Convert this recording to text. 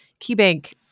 KeyBank